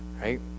Right